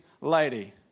lady